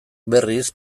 berriz